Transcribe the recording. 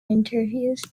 interviews